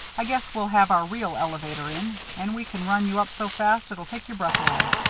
i guess we'll have our real elevator in, and we can run you up so fast it'll take your breath away.